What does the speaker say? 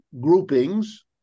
groupings